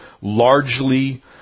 largely